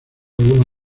algunos